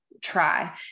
try